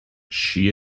she